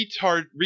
retard